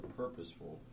purposeful